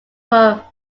were